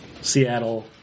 Seattle